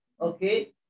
Okay